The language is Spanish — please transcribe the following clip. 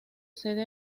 sede